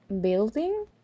building